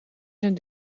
zijn